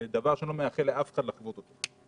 זה דבר שאני לא מאחל לאף אחד לחוות אותו.